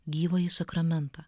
gyvąjį sakramentą